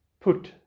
put